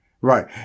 Right